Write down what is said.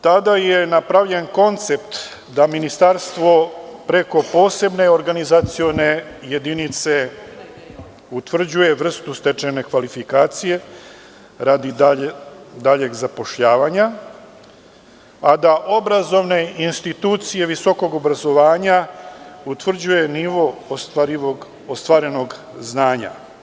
Tada je napravljen koncept da Ministarstvo preko posebne organizacione jedinice utvrđuje vrstu stečene kvalifikacije radi daljeg zapošljavanja, a da obrazovne institucije visokog obrazovanja utvrđuju nivo ostvarenog znanja.